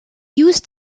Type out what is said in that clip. used